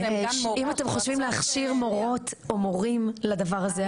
אם אתם חושבים להכשיר מורות או מורים לדבר הזה,